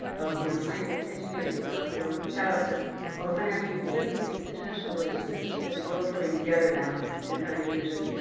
of you know scientists, engineers, but you know shout out to all the financial people, business people, international relations, this is really the world coming together now to kind of envision,